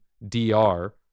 DR